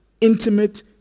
intimate